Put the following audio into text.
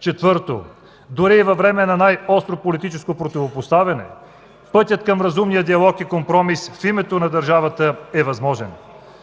Четвърто, дори и във време на най-остро политическо противопоставяне пътят към разумния диалог и компромис в името на държавата е възможен.